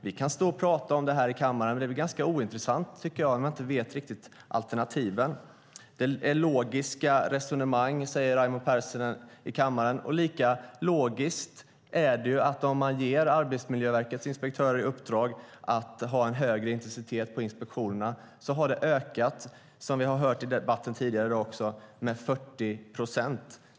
Vi kan stå och tala i kammaren, men det är ganska ointressant om vi inte vet vilka alternativen är. Raimo Pärssinen talar om vad som är logiskt. Lika logiskt är det att man ger Arbetsmiljöverkets inspektörer i uppdrag att ha högre intensitet på inspektionerna och de därmed ökar dessa med 40 procent, vilket vi hört tidigare i debatten.